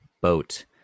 boat